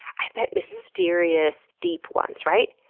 i bet mysterious deep ones, right?